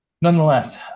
nonetheless